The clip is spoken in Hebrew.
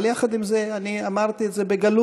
אבל יחד עם זה אני אמרתי את זה בגלוי,